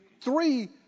three